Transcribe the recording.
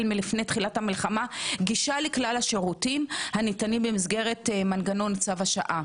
מלפני תחילת המלחמה גישה לכלל השירותים הניתנים במסגרת מנגנון צו השעה.